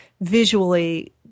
visually